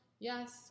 Yes